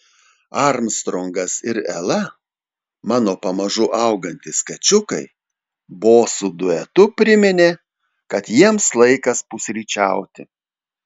armstrongas ir ela mano pamažu augantys kačiukai bosų duetu priminė kad jiems laikas pusryčiauti